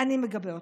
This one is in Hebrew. אני מגבה אותך".